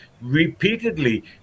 repeatedly